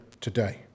today